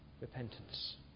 Repentance